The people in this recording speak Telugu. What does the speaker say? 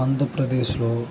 ఆంధ్రప్రదేశ్లో